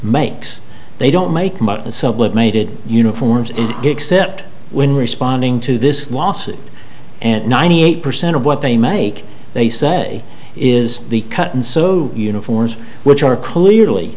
makes they don't make the sublimated uniforms in except when responding to this lawsuit and ninety eight percent of what they make they say is the cut and so uniforms which are clearly